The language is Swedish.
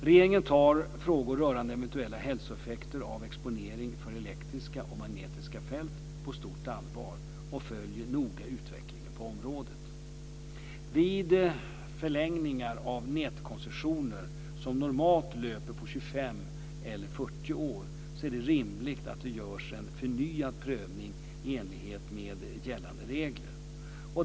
Regeringen tar frågor rörande eventuella hälsoeffekter av exponering för elektriska och magnetiska fält på stort allvar och följer noga utvecklingen på området. Vid förlängningar av nätkoncessioner, som normalt löper på 25 eller 40 år, är det rimligt att det görs en förnyad prövning i enlighet med gällande regler.